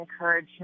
encourage